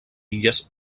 illes